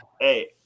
Hey